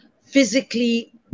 physically